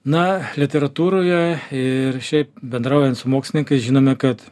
na literatūroje ir šiaip bendraujant su mokslininkais žinome kad